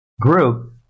Group